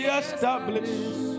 established